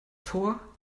tor